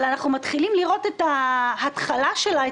אבל אנחנו מתחילים לראות את ההתחלה שלה,